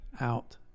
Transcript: out